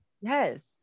Yes